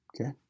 Okay